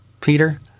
Peter